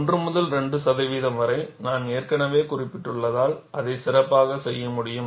1 முதல் 2 சதவிகிதம் வரை நான் ஏற்கனவே குறிப்பிட்டுள்ளதால் அதைச் சிறப்பாகச் செய்ய முடியும்